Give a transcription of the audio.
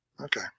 Okay